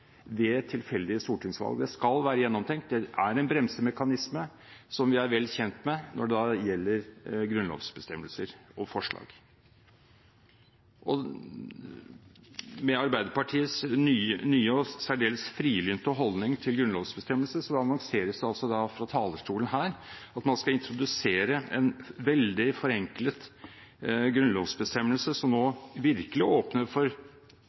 tilfeldige stortingsvalg. Det skal være gjennomtenkt, det er en bremsemekanisme som vi er vel kjent med når det gjelder grunnlovsbestemmelser og -forslag. Med Arbeiderpartiets nye og særdeles frilynte holdning til grunnlovsbestemmelse annonseres det altså fra talerstolen at man skal introdusere en veldig forenklet grunnlovsbestemmelse som nå virkelig åpner for